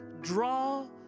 Draw